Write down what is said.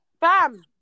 Bam